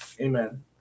Amen